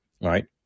right